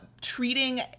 Treating